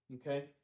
okay